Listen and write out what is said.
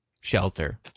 shelter